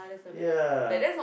ya